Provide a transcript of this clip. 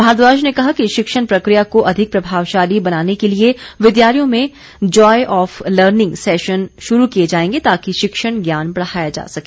भारद्वाज ने कहा कि शिक्षण प्रकिया को अधिक प्रभावशाली बनाने को लिए विद्यालयों में जॉय ऑफ लर्निंग सैशन शुरू किए जाएंगे ताकि शिक्षण ज्ञान बढ़ाया जा सके